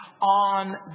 on